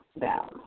down